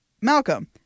Malcolm